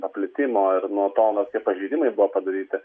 paplitimo ir nuo to kokie pažeidimai buvo padaryti